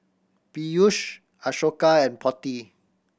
Peyush Ashoka and Potti